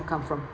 come from